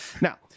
Now